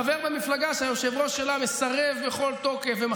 ובכל ישיבה, אני מברך על זה.